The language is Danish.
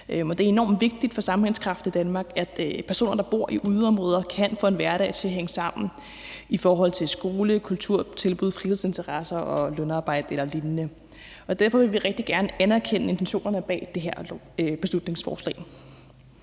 Det er enormt vigtigt for sammenhængskraften i Danmark, at personer, der bor i yderområder, kan få en hverdag til at hænge sammen i forhold til skole, kulturtilbud, fritidsinteresser og lønarbejde eller lignende. Derfor vil vi rigtig gerne anerkende intentionerne bag det her beslutningsforslag.